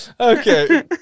Okay